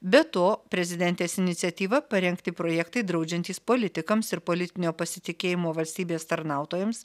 be to prezidentės iniciatyva parengti projektai draudžiantys politikams ir politinio pasitikėjimo valstybės tarnautojams